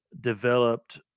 developed